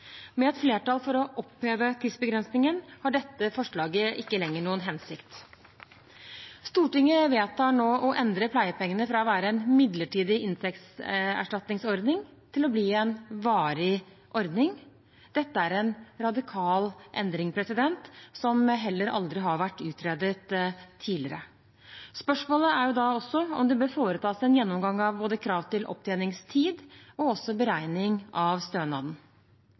Med et flertall for å oppheve tidsbegrensningen har dette forslaget ikke lenger noen hensikt. Stortinget vedtar nå å endre pleiepengene fra å være en midlertidig inntektserstatningsordning til å bli en varig ordning. Dette er en radikal endring, som heller aldri har vært utredet tidligere. Spørsmålet er da om det bør foretas en gjennomgang av både krav til opptjeningstid og beregning av stønaden.